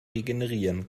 regenerieren